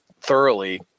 thoroughly